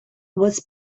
was